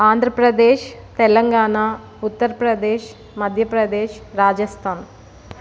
Andhra Pradesh Telangana Uttar Pradesh Madhya Pradesh Rajasthan